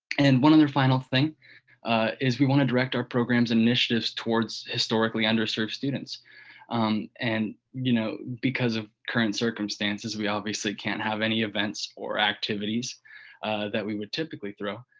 and one other final thing is we want to direct our programs initiatives towards historically underserved students and, you know, because of current circumstances we obviously can't have any events or activities that we would typically throw,